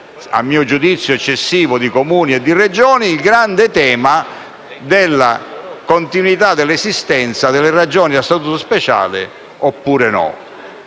a mio giudizio eccessivo di Comuni e di Regioni, e il grande tema della continuità dell'esistenza di Regioni a statuto speciale. Per